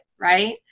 Right